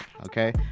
okay